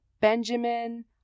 Benjamin